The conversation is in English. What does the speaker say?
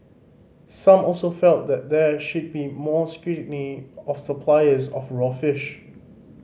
some also felt that there should be more scrutiny of suppliers of raw fish